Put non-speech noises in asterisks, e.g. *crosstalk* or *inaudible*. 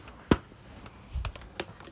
*noise*